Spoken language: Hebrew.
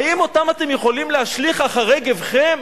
האם אותם אתם יכולים להשליך אחרי גווכם